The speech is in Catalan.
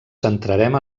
centrarem